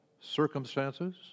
circumstances